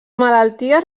malalties